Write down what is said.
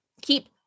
keep